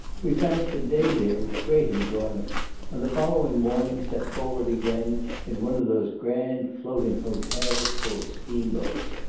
we passed a day there with great enjoyment and the following morning set forward again in one of those grand floating hotels called steamboats.